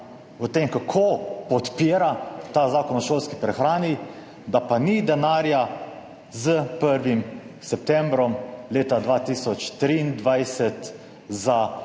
ob tem, kako podpira ta Zakon o šolski prehrani, da pa ni denarja s 1. septembrom leta 2023 za